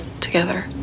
together